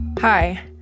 Hi